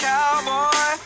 Cowboy